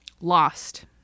lost